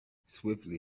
swiftly